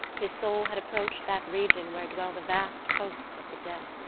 his soul had approached that region where dwell the vast hosts of the dead.